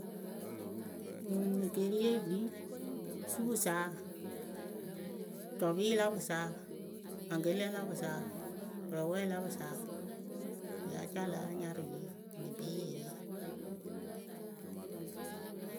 Ǝŋ ekeeriye yɨ kpii supʊsaa cɔpɩɩ la pʊsaa maŋgelǝ la pʊsaaa pɔrɔpwɛ la pʊsaa ya ca lah anyarǝpi enimi yee.